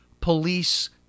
police